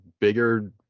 bigger